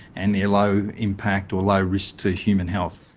and they're low impact or low risk to human health.